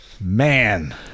man